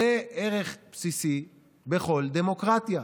זה ערך בסיסי בכל דמוקרטיה.